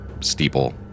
steeple